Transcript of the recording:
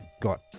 got